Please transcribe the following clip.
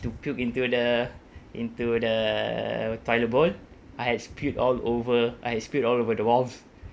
to puke into the into the toilet bowl I had spilled all over I had spilled all over the walls